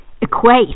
equate